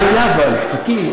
אבל מה היה, חכי.